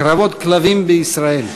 קרבות כלבים בישראל.